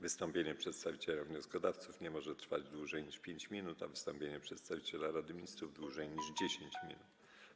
Wystąpienie przedstawiciela wnioskodawców nie może trwać dłużej niż 5 minut, a wystąpienie przedstawiciela Rady Ministrów - dłużej niż 10 minut.